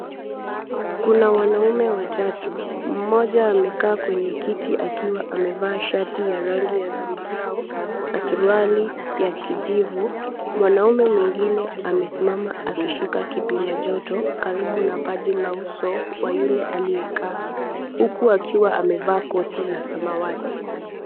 Kuna wanaume watatu mmoja amekaa kwenye kiti akiwa amevaa shati ya rangi ya zambarau na suruali ya kijivu. Mwanaume mwingine amesimama akishika kipima joto karibu na paji la uso wa yule aliyekaa, huku akiwa amevaa koti la samawati.